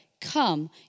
Come